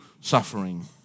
suffering